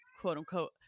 quote-unquote